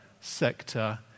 sector